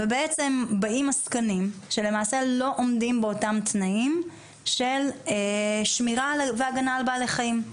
באים עסקנים שלמעשה לא עומדים באותם תנאים של שמירה והגנה על בעלי חיים.